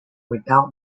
without